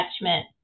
attachment